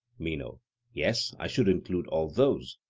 meno yes, i should include all those.